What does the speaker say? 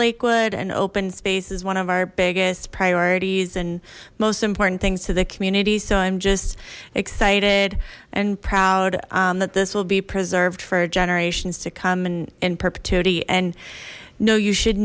lakewood and open space is one of our biggest priorities and most important things to the community so i'm just excited and proud that this will be preserved for generations to come and in perpetuity and know you should